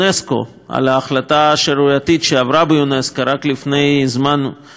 על ההחלטה השערורייתית שעברה באונסק"ו רק לפני זמן מסוים,